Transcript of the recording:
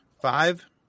Five